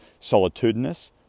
solitudinous